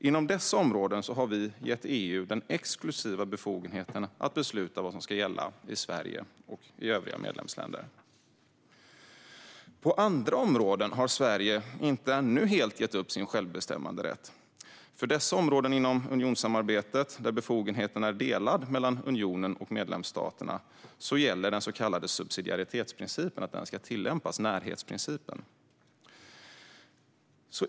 Inom dessa områden har vi gett EU den exklusiva befogenheten att besluta vad som ska gälla i Sverige och i övriga medlemsländer. På andra områden har Sverige ännu inte helt gett upp sin självbestämmanderätt. För dessa områden inom unionssamarbetet, där befogenheten är delad mellan unionen och medlemsstaterna, gäller att den så kallade subsidiaritetsprincipen, närhetsprincipen, ska tillämpas.